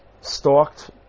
stalked